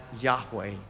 Yahweh